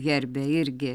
herbe irgi